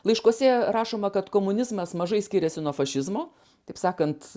laiškuose rašoma kad komunizmas mažai skiriasi nuo fašizmo taip sakant